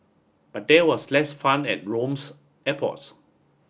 but there was less fun at Rome's airports